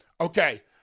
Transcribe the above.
okay